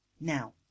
Now